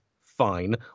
fine